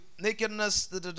nakedness